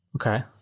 okay